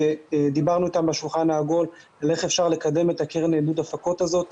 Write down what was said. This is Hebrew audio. דיברנו אתם בשולחן העגול על איך אפשר לקדם את הקרן לעידוד הפקות הזו,